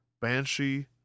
Banshee